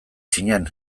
zinen